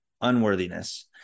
unworthiness